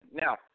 Now